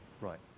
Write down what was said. Right